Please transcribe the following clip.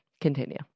Continue